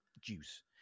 juice